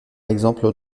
exemple